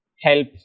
help